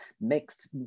makes